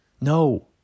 No